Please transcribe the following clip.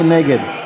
מי נגד?